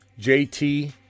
JT